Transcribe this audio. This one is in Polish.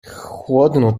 chłodno